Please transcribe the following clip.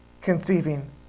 conceiving